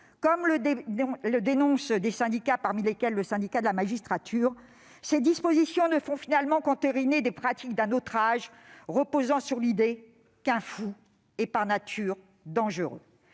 comme le dénoncent des syndicats, parmi lesquels le Syndicat de la magistrature, « ces dispositions ne font finalement qu'entériner des pratiques d'un autre âge reposant sur l'idée qu'un fou est par nature dangereux